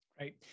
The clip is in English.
Right